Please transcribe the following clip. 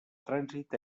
trànsit